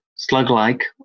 Slug-like